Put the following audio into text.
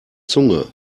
zunge